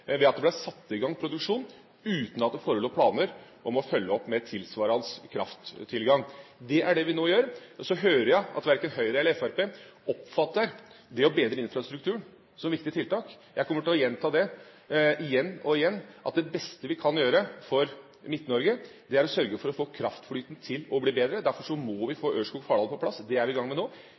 satt i gang produksjon uten at det forelå planer om å følge opp med tilsvarende krafttilgang. Det er det vi nå gjør. Så hører jeg at verken Høyre eller Fremskrittspartiet oppfatter at det å bedre infrastrukturen er et viktig tiltak. Jeg kommer til å gjenta det igjen og igjen, at det beste vi kan gjøre for Midt-Norge, er å sørge for å få kraftflyten til å bli bedre. Derfor må vi få Ørskog–Fardal på plass. Det er vi i gang med nå.